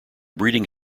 breeding